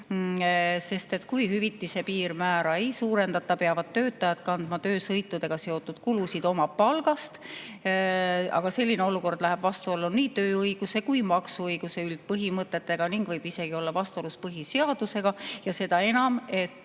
sest kui hüvitise piirmäära ei suurendata, peavad töötajad kandma töösõitudega seotud kulusid oma palgast, aga selline olukord läheb vastuollu nii tööõiguse kui ka maksuõiguse üldpõhimõtetega ning võib isegi olla vastuolus põhiseadusega. Seda enam, et